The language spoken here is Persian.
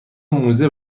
موزه